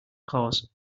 cause